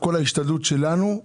בכל תרופה שניתן לגביה מרשם של רופא.